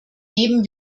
geben